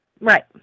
Right